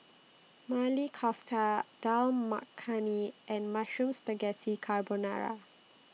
Maili Kofta Dal Makhani and Mushroom Spaghetti Carbonara